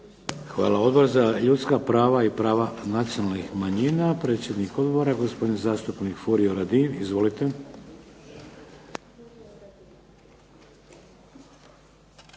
Hvala. Odbor za ljudska prava i prava nacionalnih manjina, predsjednik odbora gospodin zastupnik Furio Radin. Izvolite.